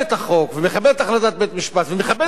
החלטת בית-המשפט ומכבד את הקניין הפרטי,